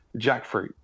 jackfruit